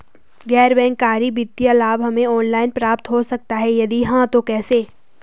गैर बैंक करी वित्तीय लाभ हमें ऑनलाइन प्राप्त हो सकता है यदि हाँ तो कैसे?